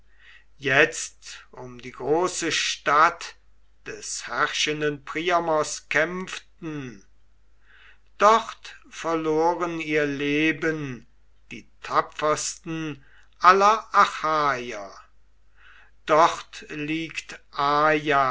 jetzt um die große stadt des herrschenden priamos kämpften dort verloren ihr leben die tapfersten aller achaier dort liegt